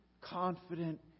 confident